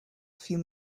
few